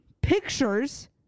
pictures